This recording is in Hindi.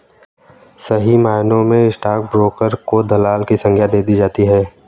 सही मायनों में स्टाक ब्रोकर को दलाल की संग्या दे दी जाती है